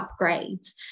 upgrades